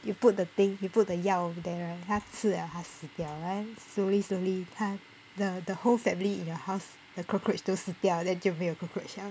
you put the thing you put 的药 there right 它吃了它死掉 then slowly slowly 它 the the whole family in your house the cockroach 都死掉了 then 就没有 cockroach 了